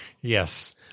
Yes